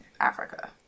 Africa